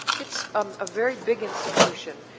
it's um a very big institution.